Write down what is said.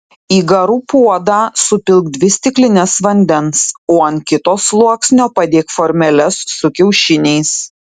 į garų puodą supilk dvi stiklines vandens o ant kito sluoksnio padėk formeles su kiaušiniais